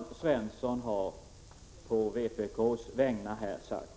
Jörn Svensson har å vpk:s vägnar sagt